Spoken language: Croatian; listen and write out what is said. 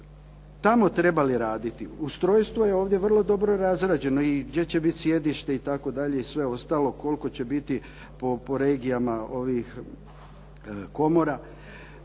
tamo trebali raditi. Ustrojstvo je ovdje vrlo dobro razrađeno i đe će bit sjedište itd. i sve ostalo kolko će biti po regijama ovih komora.